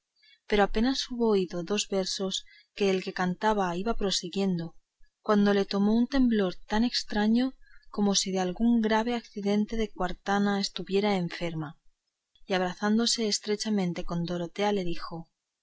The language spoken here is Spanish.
pero apenas hubo oído dos versos que el que cantaba iba prosiguiendo cuando le tomó un temblor tan estraño como si de algún grave accidente de cuartana estuviera enferma y abrazándose estrechamente con teodora le dijo